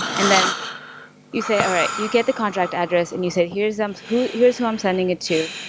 and then you say alright, you get the contract address and you say, here's um who here's who i'm sending it to.